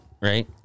right